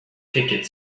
ticket